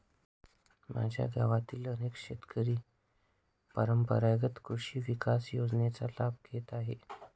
माझ्या गावातील अनेक शेतकरी परंपरेगत कृषी विकास योजनेचा लाभ घेत आहेत